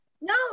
No